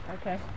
Okay